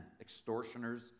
extortioners